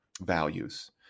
values